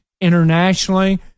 internationally